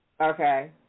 Okay